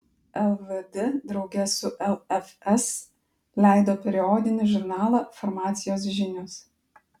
lvd drauge su lfs leido periodinį žurnalą farmacijos žinios